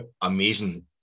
amazing